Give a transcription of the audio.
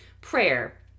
prayer